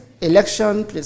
election